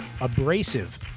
abrasive